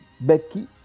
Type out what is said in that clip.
Becky